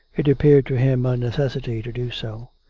it appeared to him a necessity to do so.